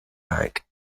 bank